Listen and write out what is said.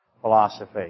philosophy